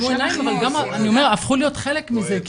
עצמו עיניים, וגם אני אומר - הפכו להיות חלק מזה.